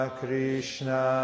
Krishna